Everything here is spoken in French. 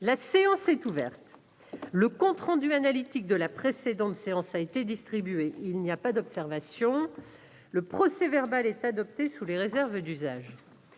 La séance est ouverte. Le compte rendu analytique de la précédente séance a été distribué. Il n'y a pas d'observation ?... Le procès-verbal est adopté sous les réserves d'usage.